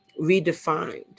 redefined